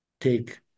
take